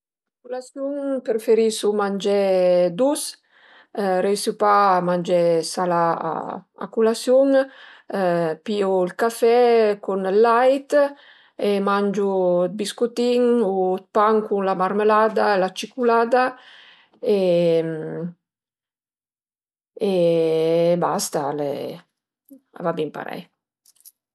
A culasiun preferisu mangé dus, riesu pa a mangé salà, a culasiun pìu ël café cun ël lait e mangiu dë biscutin o pan cun la marmëlada e la ciculada e basta, al e, a va bin parei